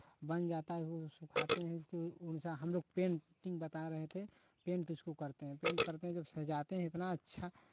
बन जाता है सुखाते हैं हमलोग पेंटिंग बता रहे थे पेंट उसको करते हैं पेंट करते हैं जब सजाते हैं इतना अच्छा